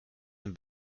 ein